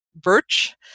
birch